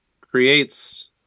creates